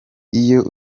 iyo